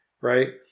Right